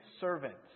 servant